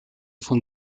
von